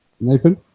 Nathan